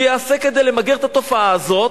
שיעשה כדי למגר את התופעה הזאת,